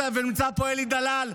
ונמצא פה אלי דלאל,